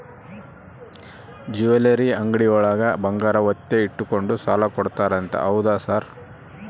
Jewellery ಅಂಗಡಿಯೊಳಗ ಬಂಗಾರ ಒತ್ತೆ ಇಟ್ಕೊಂಡು ಸಾಲ ಕೊಡ್ತಾರಂತೆ ಹೌದಾ ಸರ್?